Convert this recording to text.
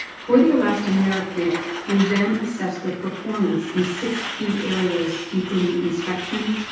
for the elastomeric group, we then assessed their performance in six key areas, including inspection,